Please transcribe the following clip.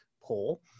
poll